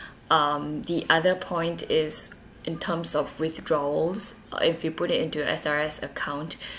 um the other point is in terms of withdrawals uh if you put it into S_R_S account